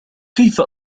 كيف